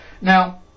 Now